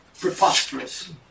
preposterous